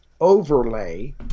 overlay